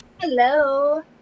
Hello